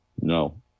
No